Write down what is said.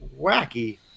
wacky